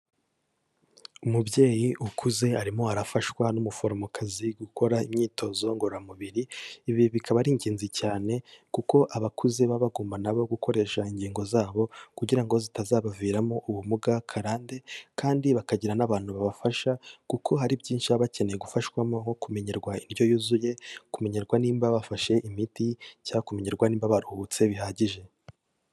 Umubyeyi ukuze arimo arafashwa n'umuforomokazi gukora imyitozo ngororamubiri, ibi bikaba ari ingenzi cyane kuko abakuze baba bagomba na bo gukoresha ingingo zabo kugira ngo zitazabaviramo ubumuga karande, kandi bakagira n'abantu babafasha, kuko hari byinshi baba bakeneye gufashwamo, nko kumenyerwa indyo yuzuye, kumenyerwa nimba bafashe imiti cyangwa kumenyerwa nimba baruhutse bihagije.